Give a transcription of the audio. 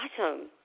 Awesome